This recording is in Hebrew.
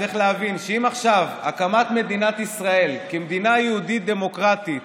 צריך להבין שאם עכשיו הקמת מדינת ישראל כמדינה יהודית דמוקרטית